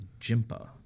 Jimpa